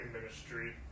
ministry